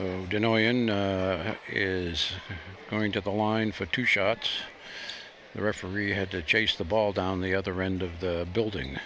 in is going to the line for two shots the referee had to chase the ball down the other end of the building